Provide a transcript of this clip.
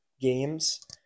games